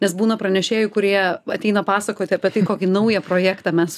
nes būna pranešėjų kurie ateina pasakoti apie tai kokį naują projektą mes